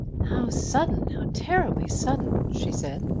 how sudden! how terribly sudden! she said.